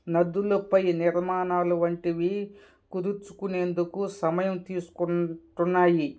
నదులపై నిర్మాణాలు వంటివి కుదుర్చుకునేందుకు సమయం తీసుకుంటున్నాయి